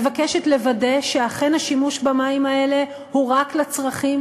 מבקשת לוודא שאכן השימוש במים האלה הוא רק לצרכים